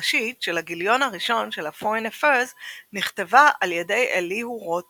הראשית של הגיליון הראשון של ה"פוריין אפיירס" נכתבה על ידי אליהוא רוט